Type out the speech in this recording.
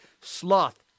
Sloth